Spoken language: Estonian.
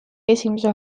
esimese